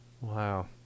Wow